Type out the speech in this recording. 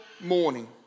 morning